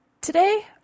today